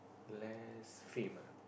less fame ah